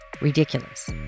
ridiculous